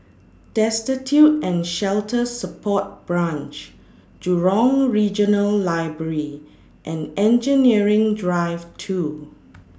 Destitute and Shelter Support Branch Jurong Regional Library and Engineering Drive two